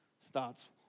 starts